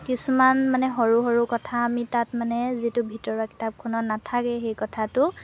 কিছুমান মানে সৰু সৰু কথা আমি তাত মানে যিটো ভিতৰুৱা কিতাপখনত নাথাকে সেই কথাটো